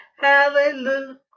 Hallelujah